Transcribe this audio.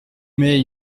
mais